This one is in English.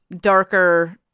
darker